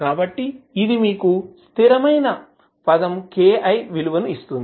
కాబట్టి ఇది మీకు స్థిరమైన పదం Ki విలువను ఇస్తుంది